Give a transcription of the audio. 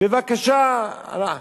בבקשה, אני,